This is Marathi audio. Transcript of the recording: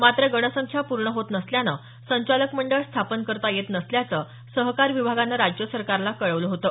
मात्र गणसंख्या पूर्ण होत नसल्यानं संचालक मंडळ स्थापन करता येत नसल्याचं सहकार विभागानं राज्य सरकारला कळवलं होतं